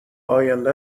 آینده